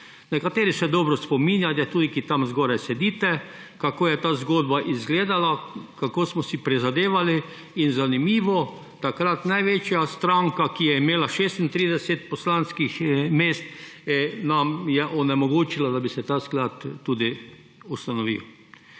Nekateri se dobro spominjate, tudi tisti, ki tam zgoraj sedite, kako je ta zgodba zgledala, kako smo si prizadevali. In, zanimivo, takrat nam je največja stranka, ki je imela 36 poslanskih mest, onemogočila, da bi se ta sklad ustanovil.